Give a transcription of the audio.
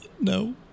No